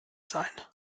sein